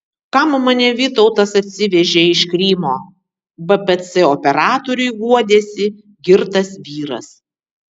kam mane vytautas atsivežė iš krymo bpc operatoriui guodėsi girtas vyras